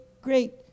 great